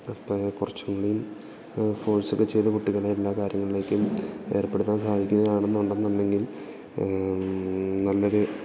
അപ്പോള് കുറച്ചും കൂടിയും ഫോഴ്സൊക്കെ ചെയ്ത് കുട്ടികളെ എല്ലാ കാര്യങ്ങളിലേക്കും ഏർപ്പെടുത്താൻ സാധിക്കുന്നതാണെന്നുണ്ടെന്നുണ്ടെങ്കിൽ നല്ലൊരു